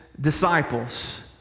disciples